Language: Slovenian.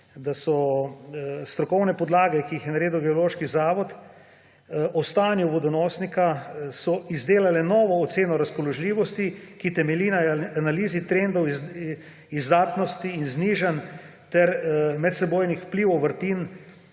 da so strokovne podlage, ki jih je naredil Geološki zavod o stanju vodonosnika, izdelale novo oceno razpoložljivosti, ki temelji na analizi trendov izdatnosti in znižanj ter medsebojnih vplivov vrtin